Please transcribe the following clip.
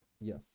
Yes